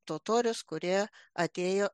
totorius kurie atėjo